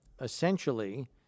essentially